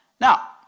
Now